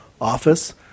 office